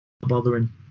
bothering